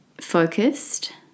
focused